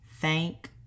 Thank